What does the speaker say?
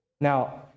Now